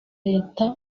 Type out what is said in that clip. leta